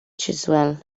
chiswell